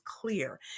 clear